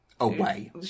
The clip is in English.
Away